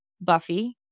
Buffy